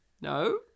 No